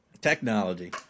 technology